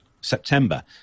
September